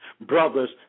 brothers